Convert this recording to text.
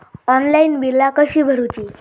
Online बिला कशी भरूची?